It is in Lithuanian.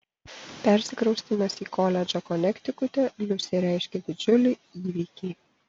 persikraustymas į koledžą konektikute liusei reiškė didžiulį įvykį